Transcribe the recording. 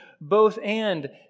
both-and